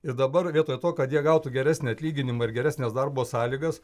ir dabar vietoj to kad jie gautų geresnį atlyginimą ir geresnes darbo sąlygas